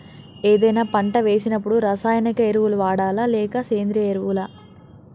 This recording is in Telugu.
ఏదైనా పంట వేసినప్పుడు రసాయనిక ఎరువులు వాడాలా? లేక సేంద్రీయ ఎరవులా?